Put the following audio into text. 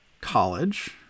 college